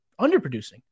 underproducing